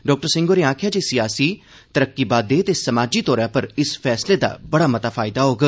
doctor Singh होरें आखेआ जे सियासी तरक्की बाद्दे ते समाजी तौर उप्पर इस फैसले दा बड़ा मता फायदा होग